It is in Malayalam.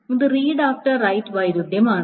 ഇത് റീഡ് ആഫ്റ്റർ റൈററ് വൈരുദ്ധ്യം ആണ്